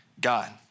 God